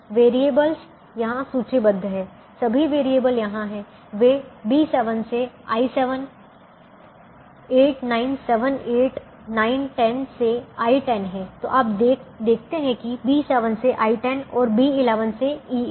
variable यहाँ सूचीबद्ध हैं सभी वेरिएबल यहाँ हैं वे B7 से I7 8 9 7 8 9 10 से I10 हैं तो आप देखते हैं कि B7 से I10 और B11 से E11